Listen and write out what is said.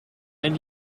wenn